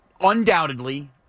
undoubtedly